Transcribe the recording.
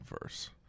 verse